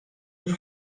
już